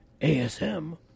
ASM